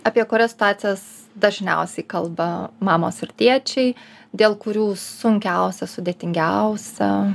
apie kurias stacijas dažniausiai kalba mamos ir tėčiai dėl kurių sunkiausia sudėtingiausia